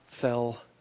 fell